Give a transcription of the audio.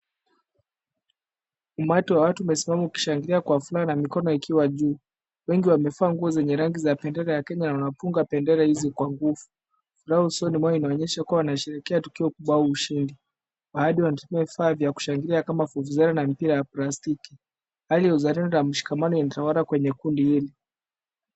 Umati wa watu unaonekana ukishangilia kwa furaha mikono ikiwa juu. Wengi wamevaa nguo za rangi ya bendera na wamefunga bendera hizo kwa nguvu. Furaha iliyo usoni mwao inaonyesha wanasherehekea kupata ushindi. Baadhi wanatumia vifaa vya kusherehekea kama vuvuzela na mipira ya plastiki. Tukio hili linaonyesha uzalendo na utangamano.